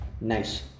nice